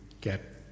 get